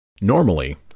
Normally